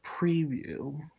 preview